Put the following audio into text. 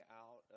out